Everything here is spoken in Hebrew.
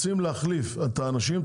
רוצים להחליף את האנשים,